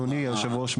אדוני היושב-ראש,